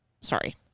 sorry